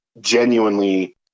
genuinely